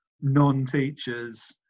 non-teachers